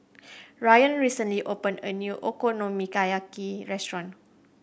Ryann recently opened a new Okonomiyaki restaurant